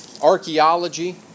archaeology